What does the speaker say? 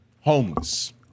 homeless